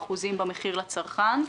30% במחיר לצרכן.